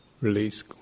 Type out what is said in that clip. Release